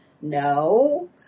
no